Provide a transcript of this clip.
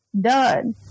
done